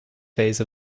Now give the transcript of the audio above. phase